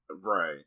Right